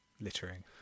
littering